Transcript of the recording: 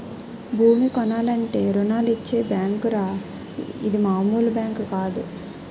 భూమి కొనాలంటే రుణాలిచ్చే బేంకురా ఇది మాములు బేంకు కాదు